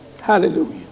Hallelujah